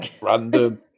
random